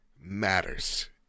matters